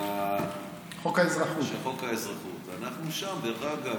חוק האזרחות, ואנחנו שם, דרך אגב.